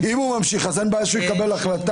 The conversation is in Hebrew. אם הוא ממשיך, אין בעיה שיקבל החלטה.